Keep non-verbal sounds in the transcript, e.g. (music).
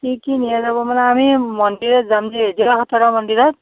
কি কি নিয়া যাব মানে আমি মন্দিৰত যাম (unintelligible) মন্দিৰত